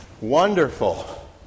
Wonderful